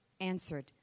answered